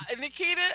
Nikita